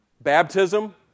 Baptism